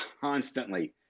constantly